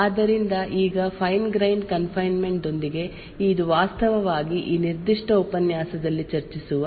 ಆದ್ದರಿಂದ ಈಗ fine grained confinement ದೊಂದಿಗೆ ಇದು ವಾಸ್ತವವಾಗಿ ಈ ನಿರ್ದಿಷ್ಟ ಉಪನ್ಯಾಸದಲ್ಲಿ ಚರ್ಚಿಸುವ